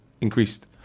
increased